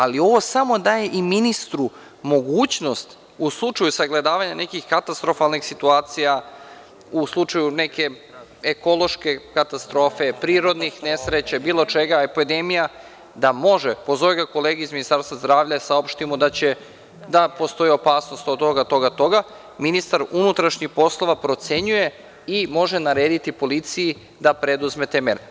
Ali, ovo samo daje i ministru mogućnost u slučaju sagledavanja nekih katastrofalnih situacija, u slučaju neke ekološke katastrofe, prirodnih nesreća i bilo čega, epidemija, da može, pozove ga kolega iz Ministarstva zdravlja, saopšti mu da postoji opasnost od toga, toga i toga, ministar unutrašnjih poslova procenjuje i može narediti policiji da preduzme te mere.